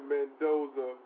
Mendoza